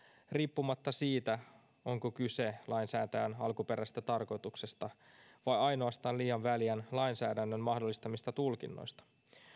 riippumatta siitä onko kyse lainsäätäjän alkuperäisestä tarkoituksesta vai ainoastaan liian väljän lainsäädännön mahdollistamista tulkinnoista